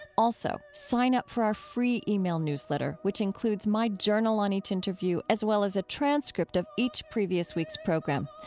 also, sign up for our free e-mail newsletter, which includes my journal on each interview, as well as a transcript of each previous week's program.